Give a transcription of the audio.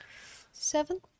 Seven